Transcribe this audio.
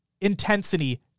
intensity